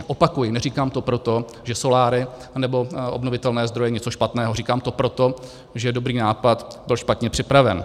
Opakuji, neříkám to proto, že soláry anebo obnovitelné zdroje jsou něco špatného, říkám to proto, že dobrý nápad byl špatně připraven.